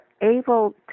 able